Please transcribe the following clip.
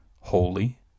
holy